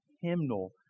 hymnal